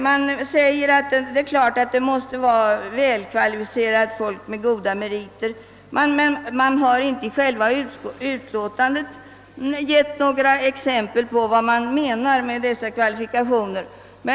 Man anför att det självfallet måste vara välkvalificerat folk med goda meriter, men man har inte i sitt betänkande lämnat några exempel på vad man avser med dessa kvalifikationer.